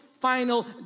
final